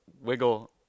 wiggle